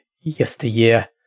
yesteryear